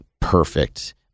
perfect